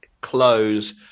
close